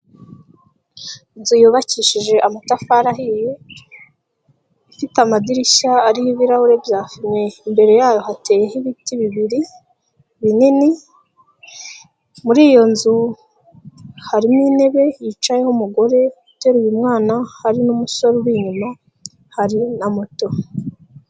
Inzu yubakishije amatafari ahiye, ifite amadirishya ariho ibirahure bya fime. Imbere yayo hateyeho ibiti bibiri binini, muri iyo nzu harimo intebe yicayeho umugore uteru uyu mwana, hari n'umusore uri inyuma, hari na moto.